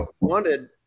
wanted